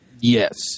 Yes